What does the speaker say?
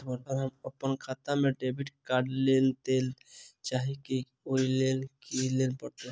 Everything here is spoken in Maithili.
सर हम अप्पन खाता मे डेबिट कार्ड लेबलेल चाहे छी ओई लेल की परतै?